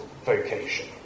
vocation